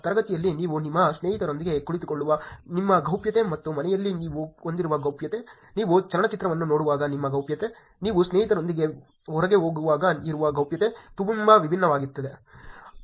ತರಗತಿಯಲ್ಲಿ ನೀವು ನಿಮ್ಮ ಸ್ನೇಹಿತರೊಂದಿಗೆ ಕುಳಿತುಕೊಳ್ಳುವ ನಿಮ್ಮ ಗೌಪ್ಯತೆ ಮತ್ತು ಮನೆಯಲ್ಲಿ ನೀವು ಹೊಂದಿರುವ ಗೌಪ್ಯತೆ ನೀವು ಚಲನಚಿತ್ರವನ್ನು ನೋಡುವಾಗ ನಿಮ್ಮ ಗೌಪ್ಯತೆ ನೀವು ಸ್ನೇಹಿತರೊಂದಿಗೆ ಹೊರಗೆ ಹೋಗುವಾಗ ಇರುವ ಗೌಪ್ಯತೆ ತುಂಬಾ ವಿಭಿನ್ನವಾಗಿದೆ